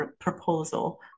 proposal